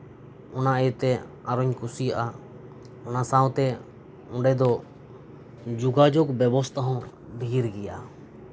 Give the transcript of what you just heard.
ᱚᱱᱟ ᱤᱭᱟᱹᱛᱮ ᱟᱨᱚᱧ ᱠᱩᱥᱤᱭᱟᱜᱼᱟ ᱚᱱᱟ ᱥᱟᱶᱛᱮ ᱚᱰᱮ ᱫᱚ ᱡᱳᱜᱟᱡᱳᱜᱽ ᱵᱮᱵᱚᱥᱛᱷᱟ ᱦᱚᱸ ᱰᱷᱤᱨ ᱜᱮᱭᱟ